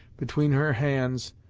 between her hands,